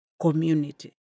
community